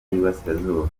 y’iburasirazuba